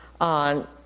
on